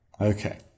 Okay